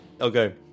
Okay